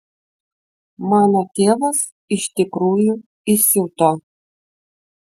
mano tėvas iš tikrųjų įsiuto